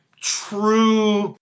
true